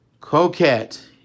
coquette